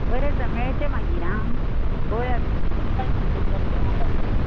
बरें तर मेळचें मागीर आं पळोवया समजाय या ना समजाय